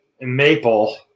Maple